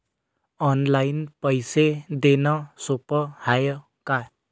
Online पैसे देण सोप हाय का?